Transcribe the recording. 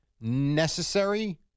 Necessary